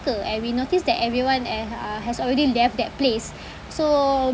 and we noticed that everyone eh uh has already left that place so